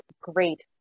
great